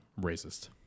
racist